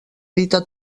dita